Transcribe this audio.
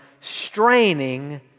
straining